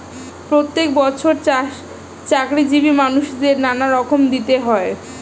প্রত্যেক বছর চাকরিজীবী মানুষদের নানা কর দিতে হয়